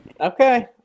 Okay